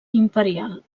imperial